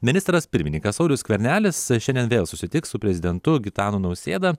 ministras pirmininkas saulius skvernelis šiandien vėl susitiks su prezidentu gitanu nausėda